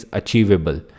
achievable